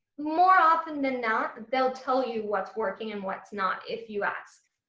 more often than not they'll tell you what's working and what's not if you ask.